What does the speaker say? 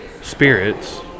spirits